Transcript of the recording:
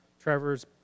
Trevor's